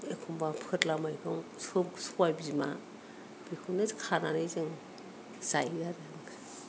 एखनब्ला फोरला मैगं सबायबिमा बेखौनो खानानै जों जायो आरो